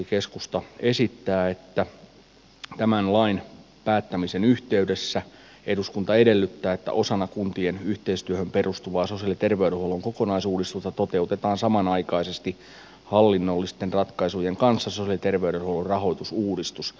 keskusta esittää että tämän lain päättämisen yhteydessä eduskunta edellyttää että osana kuntien yhteistyöhön perustuvaa sosiaali ja terveydenhuollon kokonaisuudistusta toteutetaan samanaikaisesti hallinnollisten ratkaisujen kanssa sosiaali ja terveydenhuollon rahoitusuudistus